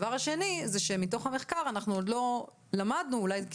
והדבר השני זה שמתוך המחקר אנחנו עוד לא למדנו ואולי כי